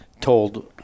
told